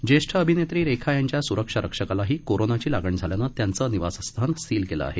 ज्येष्ठ अभिनेत्री रेखा यांच्या स्रक्षारक्षकालाही कोरोनाची लागण झाल्यानं त्यांचं निवासस्थान सील केलं आहे